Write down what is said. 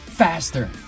Faster